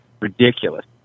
ridiculous